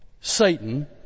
satan